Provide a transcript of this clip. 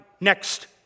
next